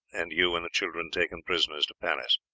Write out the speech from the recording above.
and you and the children taken prisoners to paris.